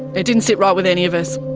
it didn't sit right with any of us.